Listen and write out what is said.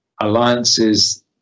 alliances